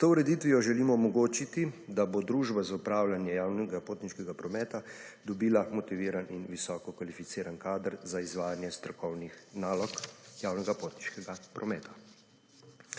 S to ureditvijo želimo omogočiti, da bo družba za upravljanje javnega potniškega prometa dobila motiviran in visoko kvalificiran kader za izvajanje strokovnih nalog javnega potniškega prometa.